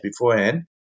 beforehand